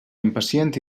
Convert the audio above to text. impacient